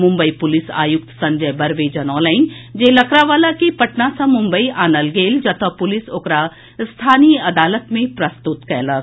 Mumbai police आयुक्त संजय बर्वे जनौलनि जे लकड़ावाला के पटना सँ मुम्बई आनल गेल जतए पुलिस ओकरा स्थानीय अदालत मे प्रस्तुत कयलक